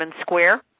Square